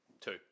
Two